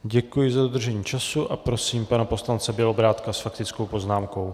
Děkuji za dodržení času a prosím pana poslance Bělobrádka s faktickou poznámkou.